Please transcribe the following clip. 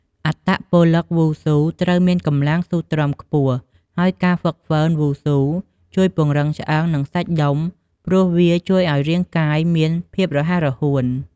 អត្តពលិកវ៉ូស៊ូត្រូវមានកម្លាំងស៊ូទ្រាំខ្ពស់ ហើយការហ្វឹកហ្វឺនវ៉ូស៊ូជួយពង្រឹងឆ្អឹង និងសាច់ដុំព្រោះវាជួយឲ្យរាងកាយមានភាពរហ័សរហួន។